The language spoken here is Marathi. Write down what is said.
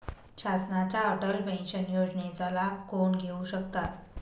शासनाच्या अटल पेन्शन योजनेचा लाभ कोण घेऊ शकतात?